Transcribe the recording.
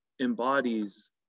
embodies